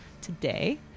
today